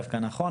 דוח שנתי 66 א'.